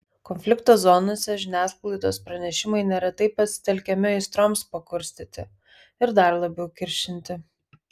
konflikto zonose žiniasklaidos pranešimai neretai pasitelkiami aistroms pakurstyti ir dar labiau kiršinti